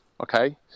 Okay